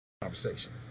conversation